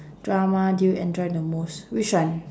drama do you enjoy the most which one